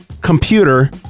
computer